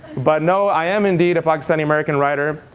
but no, i am indeed a pakistani-american writer.